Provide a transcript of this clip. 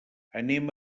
anem